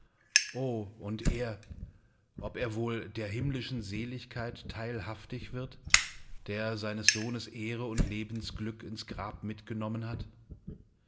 o und er ob er wohl der himmlischen seligkeit teilhaftig wird der seines sohnes ehre und lebensglück ins grab mitgenommen hat